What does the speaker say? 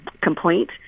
complaint